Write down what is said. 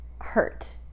hurt